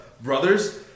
brothers